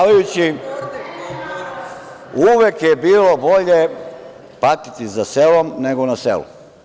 Uvek je bilo bolje patiti za selom, nego na selu.